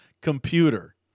computer